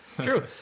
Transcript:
True